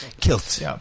Kilt